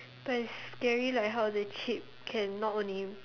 but it's scary like how the chip can not only